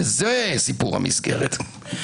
וזה סיפור המסגרת,